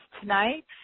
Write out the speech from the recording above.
tonight